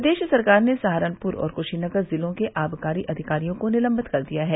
प्रदेश सरकार ने सहारनपुर और क्शीनगर जिलों के आबकारी अधिकारियों को निलम्बित कर दिया है